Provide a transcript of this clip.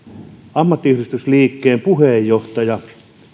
ammattiyhdistysliikkeen puheenjohtaja